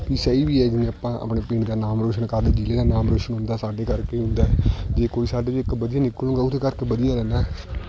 ਵੀ ਸਹੀ ਵੀ ਹੈ ਜਿਵੇਂ ਆਪਾਂ ਆਪਣੇ ਪਿੰਡ ਦਾ ਨਾਮ ਰੋਸ਼ਨ ਕਰਦੇ ਜਿਲ੍ਹੇ ਦਾ ਨਾਮ ਰੋਸ਼ਨ ਹੁੰਦਾ ਸਾਡੇ ਕਰਕੇ ਹੀ ਹੁੰਦਾ ਜੇ ਕੋਈ ਸਾਡੇ 'ਚ ਇੱਕ ਵਧੀਆ ਨਿਕਲੂਗਾ ਉਹਦੇ ਕਰਕੇ ਵਧੀਆ ਰਹਿੰਦਾ